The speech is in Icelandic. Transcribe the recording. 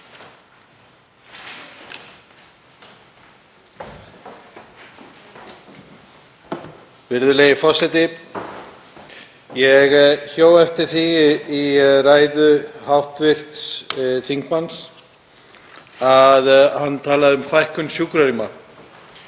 Virðulegi forseti. Ég hjó eftir því í ræðu hv. þingmanns að hann talaði um fækkun sjúkrarýma